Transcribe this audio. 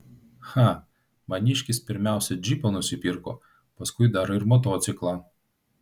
cha maniškis pirmiausia džipą nusipirko paskui dar ir motociklą